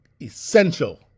essential